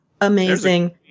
Amazing